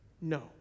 no